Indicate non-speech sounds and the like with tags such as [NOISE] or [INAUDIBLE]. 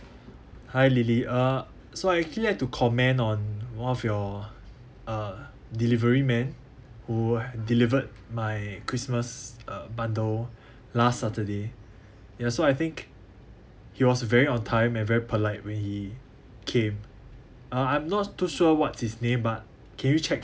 hi lily uh so I actually like to comment on one of your [BREATH] uh delivery man who uh delivered my christmas uh bundle last saturday yes so I think he was uh very on time and very polite when he came uh I'm not too sure what's his name but can you check